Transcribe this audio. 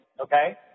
okay